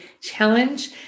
challenge